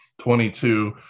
22